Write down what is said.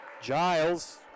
Giles